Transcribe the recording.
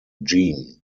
jean